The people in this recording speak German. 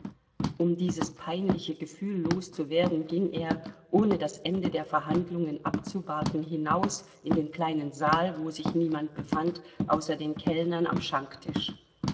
um dieses peinliche gefühl loszuwerden ging er ohne das ende der verhandlungen abzuwarten hinaus in den kleinen saal wo sich niemand befand außer den kellnern am